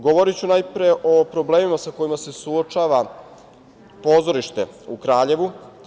Govoriću najpre o problemima sa kojima se suočava pozorište u Kraljevu.